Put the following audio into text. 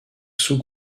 sous